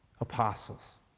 apostles